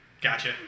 gotcha